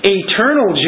eternal